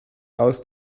aus